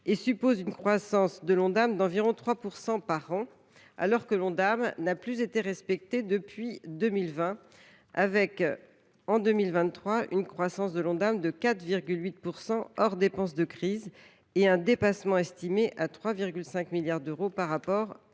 et suppose une croissance de l’Ondam d’environ 3 % par an, alors que l’Ondam n’a plus été respecté depuis 2020, avec, en 2023, une croissance de l’Ondam de 4,8 % hors dépenses de crise et un dépassement estimé à 3,5 milliards d’euros par rapport à la